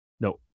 No